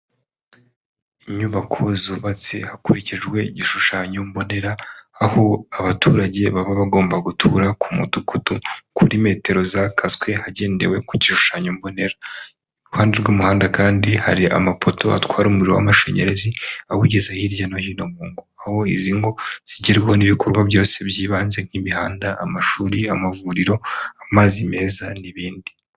Inyubako zubatse hakurikijwe igishushanyo mbonera, aho abaturage baba bagomba gutura ku Mudugudu kuri metero zakaswe hagendewe ku gishushanyo mbonera, iruhande rw'umuhanda kandi hari amapoto atwara umuriro w'amashanyarazi awugeza hirya no hino mu ngo, aho izi ngo zigerwaho n'ibikorwa byose by'ibanze nk'imihanda, amashuri, amavuriro, amazi meza n'ibindi.